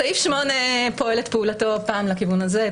סעיף 8 פועל את פעולתו פעם לכיוון הזה,